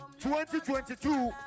2022